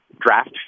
draft